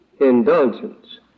indulgence